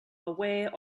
aware